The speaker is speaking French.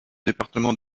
département